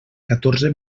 catorze